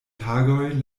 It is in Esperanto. tagoj